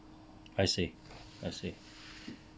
I see I see